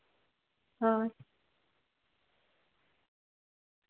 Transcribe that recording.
ᱦᱳᱭ